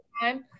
time